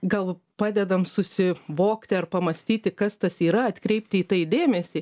gal padedam susi vokti ar pamąstyti kas tas yra atkreipti į tai dėmesį